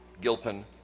Gilpin